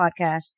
podcast